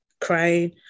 crying